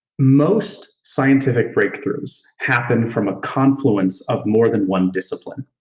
most scientific breakthroughs happen from a confluence of more than one discipline.